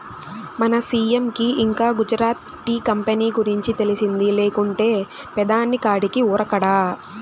మన సీ.ఎం కి ఇంకా గుజరాత్ టీ కంపెనీ గురించి తెలిసింది లేకుంటే పెదాని కాడికి ఉరకడా